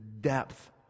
depth